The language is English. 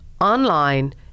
online